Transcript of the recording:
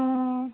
অঁ